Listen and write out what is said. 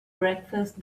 breakfast